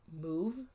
move